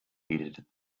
heated